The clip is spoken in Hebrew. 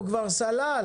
הוא כבר סלל,